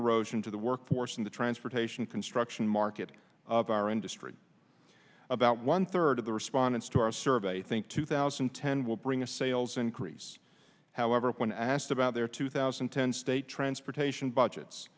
erosion to the work force in the transportation construction market of our industry about one third of the respondents to our survey think two thousand and ten will bring a sales increase however when asked about their two thousand and ten state transportation budgets